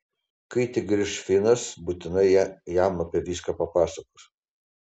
kai tik grįš finas būtinai jam apie viską papasakos